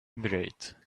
great